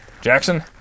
Jackson